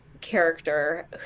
character